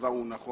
הדבר הוא נכון.